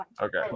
Okay